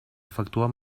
efectuar